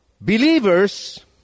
believers